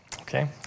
okay